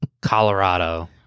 Colorado